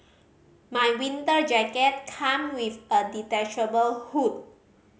my winter jacket come with a detachable hood